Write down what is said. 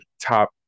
top